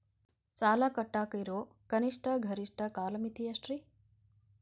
ಸಾಲ ಕಟ್ಟಾಕ ಇರೋ ಕನಿಷ್ಟ, ಗರಿಷ್ಠ ಕಾಲಮಿತಿ ಎಷ್ಟ್ರಿ?